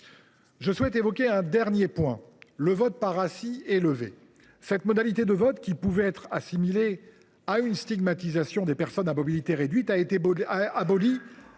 Je souhaite évoquer un dernier point : le vote par assis et levé. Cette modalité de vote, qui pouvait apparaître comme une stigmatisation des personnes à mobilité réduite, a été abolie